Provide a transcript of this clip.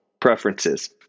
preferences